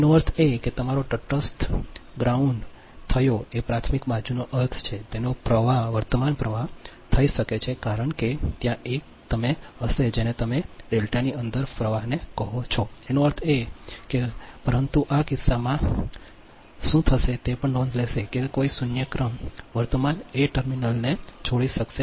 તેનો અર્થ એ કે તમારો તટસ્થ groundભો થયો એ પ્રાથમિક બાજુનો અર્થ છે તેનો વર્તમાન પ્રવાહ થઈ શકે છે કારણ કે ત્યાં એક તમે હશે જેને તમે ડેલ્ટાની અંદર ફરતા પ્રવાહને કહો છો તેનો અર્થ એ છે કે તેનો અર્થ એ છે કે પરંતુ આ કિસ્સામાં શું થશે તે પણ નોંધ લેશે કે કોઈ શૂન્ય ક્રમ વર્તમાન એ ટર્મિનલ્સને છોડી શકશે નહીં